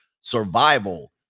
survival